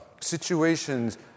situations